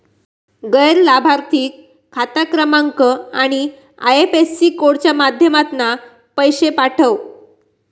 गैर लाभार्थिक खाता क्रमांक आणि आय.एफ.एस.सी कोडच्या माध्यमातना पैशे पाठव